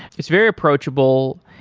it's very approachable.